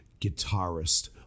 guitarist